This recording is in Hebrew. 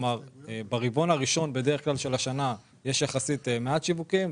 ברבעון הראשון של השנה יש יחסית מעט שיווקים,